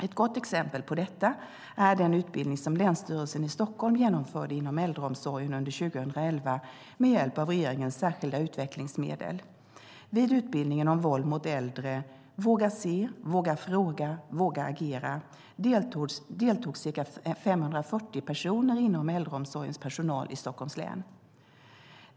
Ett gott exempel på detta är den utbildning som länsstyrelsen i Stockholm genomförde inom äldreomsorgen under 2011 med hjälp av regeringens särskilda utvecklingsmedel. I utbildningen om våld mot äldre, "Våga se, våga fråga, våga agera! ", deltog ca 540 personer bland äldreomsorgens personal i Stockholms län.